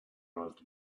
old